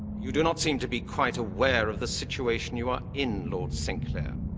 you do not seem to be quite aware of the situation you are in, lord sinclair.